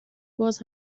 باز